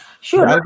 Sure